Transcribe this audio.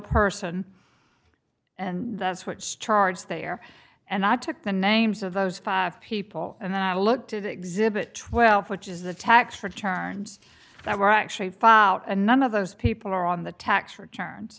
person and that's what's charged there and i took the names of those five people and then i looked at exhibit twelve which is a tax returns that were actually filed and none of those people are on the tax returns